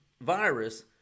virus